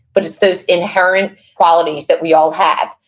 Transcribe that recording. but it's those inherent qualities that we all have.